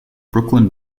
brooklyn